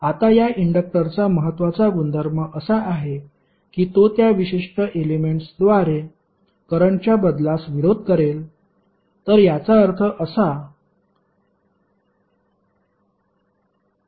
आता या इंडक्टरचा महत्वाचा गुणधर्म असा आहे की तो त्या विशिष्ट एलेमेंट्सद्वारे करंटच्या बदलास विरोध करेल